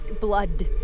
Blood